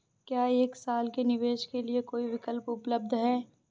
क्या एक साल के निवेश के लिए कोई विकल्प उपलब्ध है?